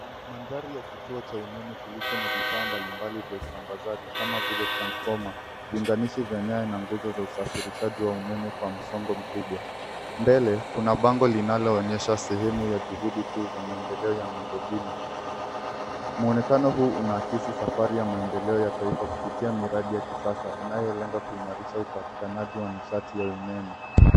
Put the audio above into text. Mandhari ya kituo cha umeme kilicho na vifaa mbalimbali vya usambazaji kama vile transfoma, viunganishi vya nyaya na nguzo za usafirishaji wa umeme kwa msongo mkubwa. Mbele kuna bango linaloonyesha sehemu ya juhudi kuu za maendeleo ya miundo mbinu. Muonekano huu unaakisi safari ya maendeleo ya taifa kupitia miradi ya kisasa inayolenga kuimarisha upatikanaji wa nishati ya umeme.